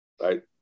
right